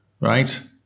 right